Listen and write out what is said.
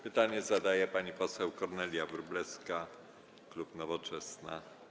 Pytanie zadaje pani poseł Kornelia Wróblewska, klub Nowoczesna.